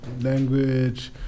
language